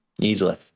Easily